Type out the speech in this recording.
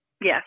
Yes